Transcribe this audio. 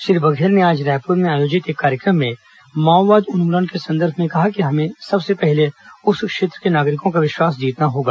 श्री बघेल ने आज रायपुर में आयोजित एक कार्यक्रम में माओवाद उन्मूलन के संदर्भ में कहा कि हमें सबसे पहले उस क्षेत्र के नागरिकों का विश्वास जीतना होगा